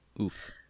Oof